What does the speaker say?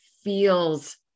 feels